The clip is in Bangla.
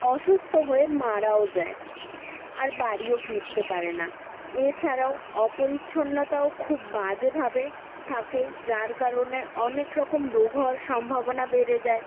অসুস্থ হয়ে মারাও যায় আর বাড়িও ফিরতে পারে না এছাড়াও অপরিচ্ছন্নতাও খুব বাজেভাবে থাকে যার কারণে অনেক রকম রোগ হওয়ার সম্ভাবনা বেড়ে যায়